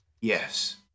Yes